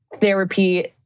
therapy